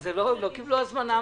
באיזו סמכות?